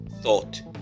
thought